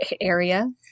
area